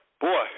Boy